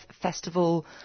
Festival